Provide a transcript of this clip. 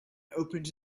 opened